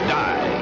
die